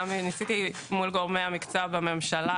גם לא מול גורמי מקצוע בממשלה,